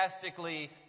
fantastically